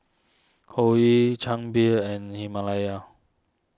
Hoyu Chang Beer and Himalaya